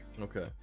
Okay